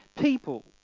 people